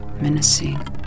menacing